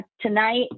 tonight